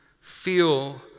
feel